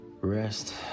Rest